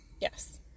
Yes